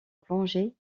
plongée